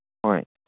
ꯍꯣꯏ